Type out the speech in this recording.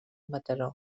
mataró